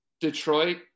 Detroit